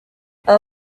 aba